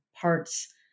parts